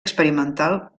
experimental